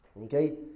Okay